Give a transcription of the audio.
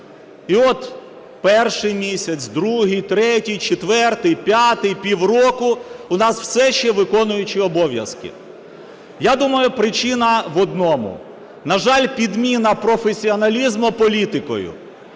І от перший місяць, другий, третій, четвертий, п'ятий, півроку - у нас все ще виконуючий обов'язки. Я думаю, причина в одному. На жаль, підміна професіоналізму політикою.